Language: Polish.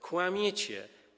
Kłamiecie.